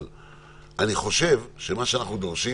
שאנחנו דורשים